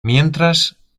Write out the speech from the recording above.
mientras